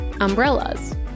umbrellas